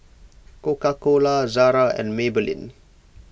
Coca Cola Zara and Maybelline